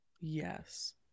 Yes